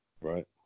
Right